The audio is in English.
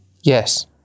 yes